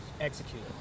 execute